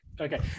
okay